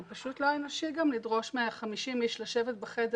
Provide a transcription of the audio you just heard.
זה לא אנושי גם לדרוש מ-50 איש לשבת בחדר,